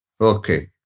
Okay